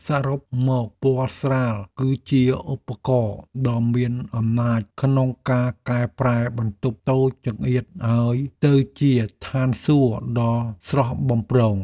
សរុបមកពណ៌ស្រាលគឺជាឧបករណ៍ដ៏មានអំណាចក្នុងការកែប្រែបន្ទប់តូចចង្អៀតឱ្យទៅជាឋានសួគ៌ដ៏ស្រស់បំព្រង។